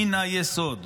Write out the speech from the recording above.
מן היסוד,